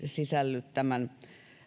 sisälly